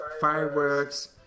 fireworks